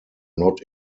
not